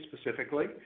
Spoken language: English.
specifically